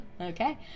Okay